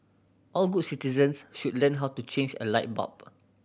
all good citizens should learn how to change a light bulb